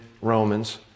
Romans